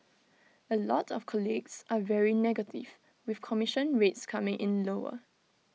A lot of colleagues are very negative with commission rates coming in lower